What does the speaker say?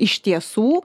iš tiesų